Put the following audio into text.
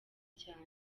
cyane